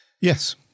yes